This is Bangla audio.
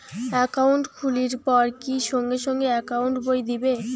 একাউন্ট খুলির পর কি সঙ্গে সঙ্গে একাউন্ট বই দিবে?